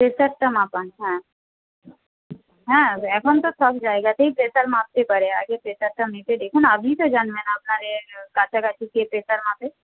প্রেশারটা মাপান হ্যাঁ হ্যাঁ এখন তো সব জায়গাতেই প্রেশার মাপতে পারে আগে প্রেশারটা মেপে দেখুন আপনিই তো জানবেন আপনার ইয়ের কাছাকাছি কে প্রেশার মাপে